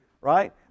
right